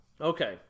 Okay